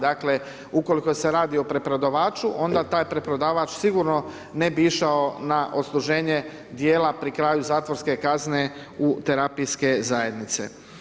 Dakle, ukoliko se radi o preprodavaču, onda taj preprodavač, sigurno ne bi išao na odsluženje dijela pri kraju zatvorske kazne u terapijske zajednice.